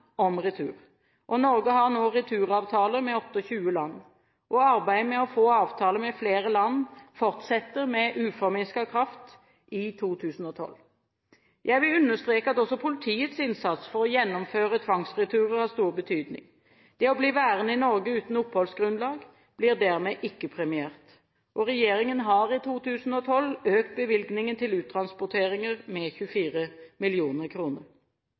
Norge har nå returavtaler med 28 land, og arbeidet med å få avtaler med flere land fortsetter med uforminsket kraft i 2012. Jeg vil understreke at også politiets innsats for å gjennomføre tvangsreturer har stor betydning. Det å bli værende i Norge uten oppholdsgrunnlag blir dermed ikke premiert. Regjeringen har i 2012 økt bevilgningen til uttransporteringer med 24